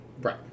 Right